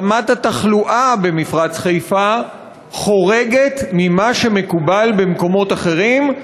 רמת התחלואה במפרץ-חיפה חורגת ממה שמקובל במקומות אחרים,